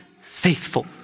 faithful